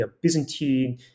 Byzantine